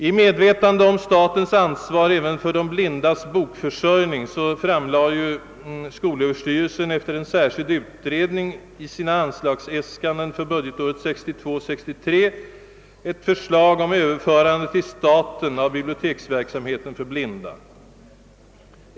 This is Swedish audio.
I medvetande om statens ansvar även för de blindas bokförsörjning framlade skolöverstyrelsen efter en särskild utredning i sina anslagsäskanden för budgetåret 1962/63 ett förslag om överförande till staten av biblioteksverksamheten för blinda.